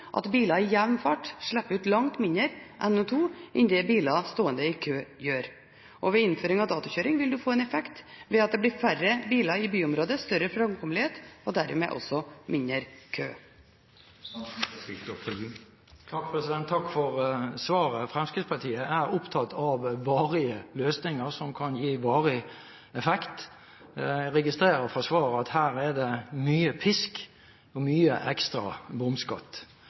at biler i jevn fart slipper ut langt mindre NO2 enn det biler stående i kø gjør. Ved innføring av datokjøring vil du få en effekt ved at det blir færre biler i byområdet, større framkommelighet og dermed også mindre kø. Takk for svaret. Fremskrittspartiet er opptatt av varige løsninger som kan gi varig effekt. Jeg registrerer fra svaret at her er det mye pisk og mye ekstra bomskatt.